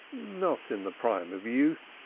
not in the prime of youth.